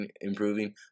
improving